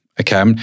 okay